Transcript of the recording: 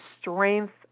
strength